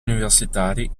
universitari